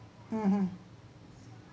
mmhmm